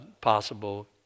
possible